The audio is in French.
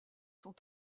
sont